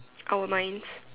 I won't mind